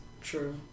True